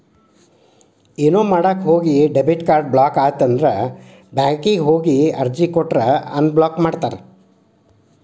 ಏನೋ ಮಾಡಕ ಹೋಗಿ ಡೆಬಿಟ್ ಕಾರ್ಡ್ ಬ್ಲಾಕ್ ಆಯ್ತಂದ್ರ ಬ್ಯಾಂಕಿಗ್ ಹೋಗಿ ಅರ್ಜಿ ಕೊಟ್ರ ಅನ್ಬ್ಲಾಕ್ ಮಾಡ್ತಾರಾ